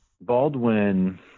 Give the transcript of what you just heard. Baldwin